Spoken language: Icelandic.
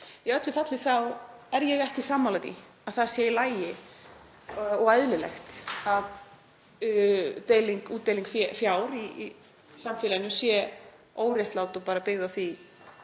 Í öllu falli er ég ekki sammála því að það sé í lagi og eðlilegt að útdeiling fjár í samfélaginu sé óréttlát og bara byggð á því